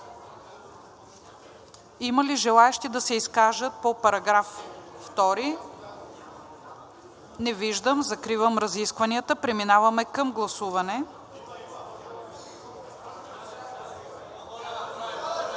Има ли желаещи да се изкажат по § 2? Не виждам. Закривам разискванията. Преминаваме към гласуване.